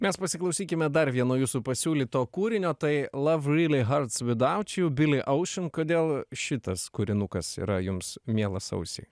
mes pasiklausykime dar vieno jūsų pasiūlyto kūrinio tai love really hurts without you billy ocean kodėl šitas kūrinukas yra jums mielas ausiai